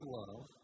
love